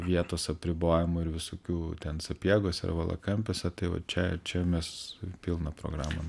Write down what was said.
vietos apribojimų ir visokių ten sapiegose ir valakampiuose tai va čia čia mes pilną programą